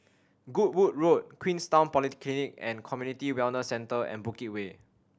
Goodwood Road Queenstown Polyclinic and Community Wellness Centre and Bukit Way